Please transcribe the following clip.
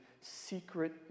secret